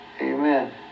Amen